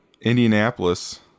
indianapolis